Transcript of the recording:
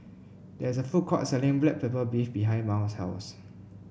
there is a food court selling Black Pepper Beef behind Mal's house